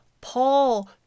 Paul